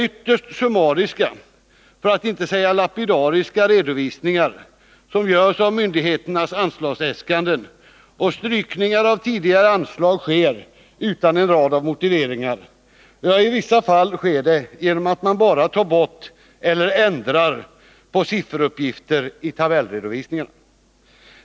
Ytterst summariska, för att inte säga lapidariska, redovisningar görs av myndigheternas anslagsäskanden. Strykningar av tidigare anslag sker utan en rads motivering. I vissa fall har det skett genom att man bara tagit bort eller ändrat på sifferuppgifter i tabellredovisningen.